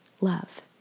love